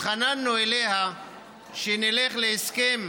התחננו אליה שנלך להסכם